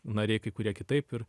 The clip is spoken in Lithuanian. nariai kai kurie kitaip ir